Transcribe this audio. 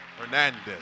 hernandez